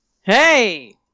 Hey